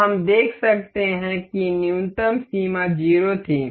तो हम देख सकते हैं कि न्यूनतम सीमा 0 थी